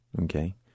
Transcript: Okay